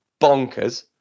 bonkers